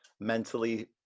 mentally